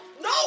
No